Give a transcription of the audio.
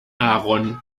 aaron